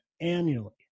annually